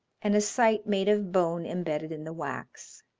and a sight made of bone imbedded in the wax.